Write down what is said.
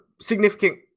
significant